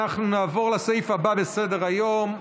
אנחנו נעבור לסעיף הבא בסדר-היום,